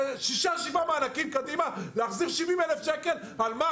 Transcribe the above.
6, 7 מענקים קדימה, להחזיר 70,000 שקל, על מה?